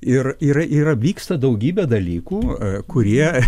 ir ir ir vyksta daugybė dalykų kurie